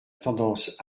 tendance